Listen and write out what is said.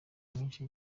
myinshi